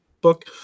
book